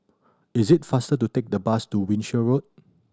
is it faster to take the bus to Wiltshire Road